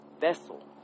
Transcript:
vessel